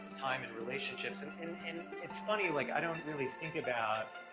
time and relationships, and, and it's funny, like i don't really think about